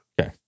Okay